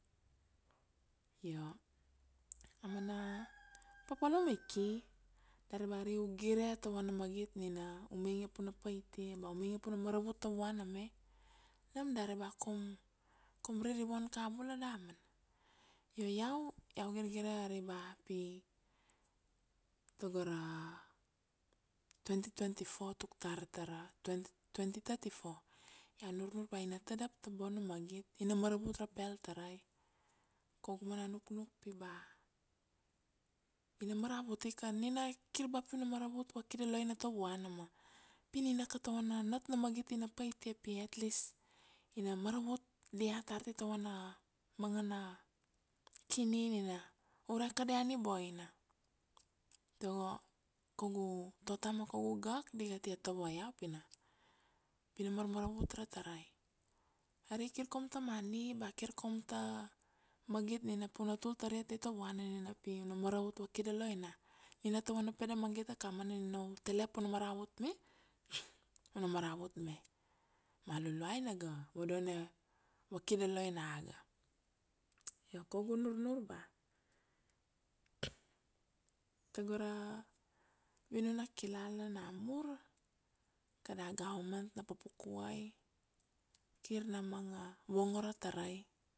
Io, a mana papalum i ki, dari ba ari u gire ta vana magit nina u mainge pu na paitia, ba u mainge pu na maravut ta vuana me, nam dari ba kaum, kaum ririvon kabula damana. Io iau, iau girgire ari ba pi, tago ra twenty twenty-four tuk tar tara twenty thirty-four, iau nurnur ba ina tadap ta bona magit, ina maravut ra pel tarai. Kaugu mana nuknuk pi ba ina maravut ika nina kir ba pu na maravut vaki doloina tavuan ma pi nina ka ta vana nat na magit ina paitia, pi atleast ina maravut diat tar tai ta vana manga na kini nina ure kadia ni boina, tago kaugu tota ma kaugu gak, di ga tia tova iau pi na, pi na marmaravut ra tarai. Ari kir kaum ta money ba kir kaum ta magit nina pu na tul taria tai ta vuana nina pi u na maravut vaki doloina, nina ta vana pede magit akamana nina u tele pu na maravut me, u na maravut me ma a Luluai na ga vodone vaki doloina ga. Io kaugu nurnur ba tago ra vinun na kilala na mur, kada government na pupukuai, kir na manga vongo ra tarai